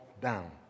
down